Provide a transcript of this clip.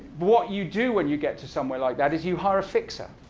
what you do when you get to somewhere like that is you hire a fixer.